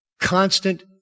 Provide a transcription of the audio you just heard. constant